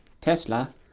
Tesla